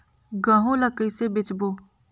गहूं ला कइसे बेचबो?